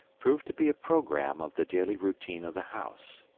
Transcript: proved to be a programme of the daily routine of the house.